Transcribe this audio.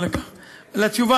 אני אומר לך, אדוני